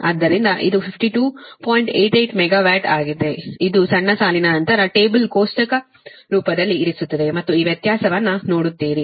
88 megawatt ಆಗಿದೆ ಇದು ಸಣ್ಣ ಸಾಲಿನ ನಂತರ ಟೇಬಲ್ ಕೋಷ್ಟಕ ರೂಪದಲ್ಲಿ ಇರಿಸುತ್ತದೆ ಮತ್ತು ಈ ವ್ಯತ್ಯಾಸವನ್ನು ನೋಡುತ್ತೀರಿ